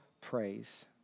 praise